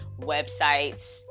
websites